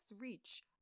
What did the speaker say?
reach